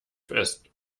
fest